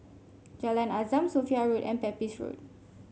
Jalan Azam Sophia Road and Pepys Road